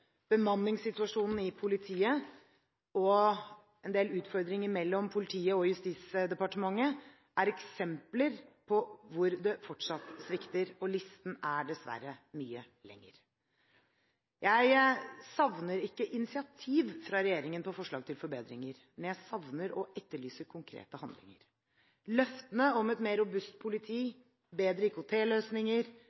bemanningssituasjonen i politiet og en del utfordringer mellom politiet og Justisdepartementet er eksempler på hvor det fortsatt svikter, og listen er dessverre mye lenger. Jeg savner ikke initiativ fra regjeringen når det gjelder forslag til forbedringer, men jeg savner og etterlyser konkrete handlinger. Løftene om et mer robust politi,